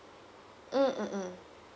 mm mm mm